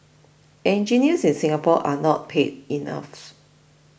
engineers in Singapore are not paid enough